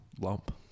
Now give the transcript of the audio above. lump